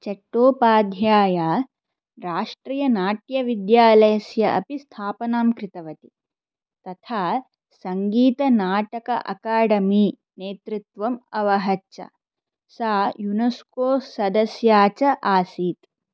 चट्टोपाध्याया राष्ट्रियनाट्यविद्यालयस्य अपि स्थापनां कृतवती तथा सङ्गीतनाटक अकाडेमी नेतृत्वम् अवहच्च सा युनश्को सदस्या च आसीत्